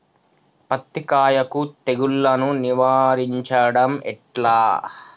పత్తి కాయకు తెగుళ్లను నివారించడం ఎట్లా?